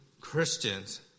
Christians